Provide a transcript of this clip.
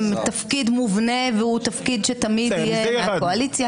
תפקיד מובנה והוא תפקיד שתמיד יהיה בקואליציה